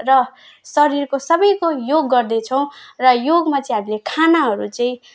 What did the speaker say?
र शरीरको सबैको योग गर्दैछौँ र योगमा चाहिँ हामीले खानाहरू चाहिँ